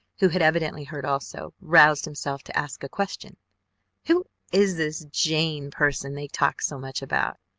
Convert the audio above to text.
who had evidently heard also, roused himself to ask a question who is this jane person they talk so much about?